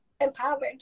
empowered